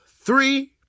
three